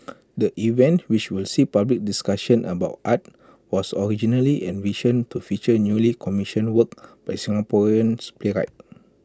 the event which will see public discussions about art was originally envisioned to feature newly commissioned works by Singaporeans playwrights